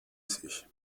sich